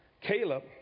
Caleb